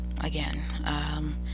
again